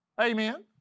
amen